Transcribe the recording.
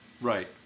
Right